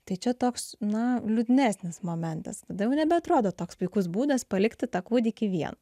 tai čia toks na liūdnesnis momentas kada jau nebeatrodo toks puikus būdas palikti tą kūdikį vieną